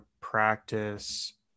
practice